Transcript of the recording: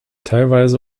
teilweise